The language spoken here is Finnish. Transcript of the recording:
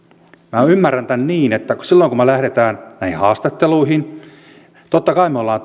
minä ymmärrän tämän niin että silloin kun me lähdemme näihin haastatteluihin totta kai me olemme